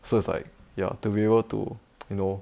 so it's like ya to be able to you know